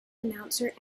announcer